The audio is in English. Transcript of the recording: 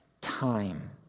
time